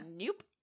nope